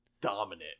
dominant